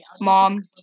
mom